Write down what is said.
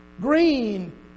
green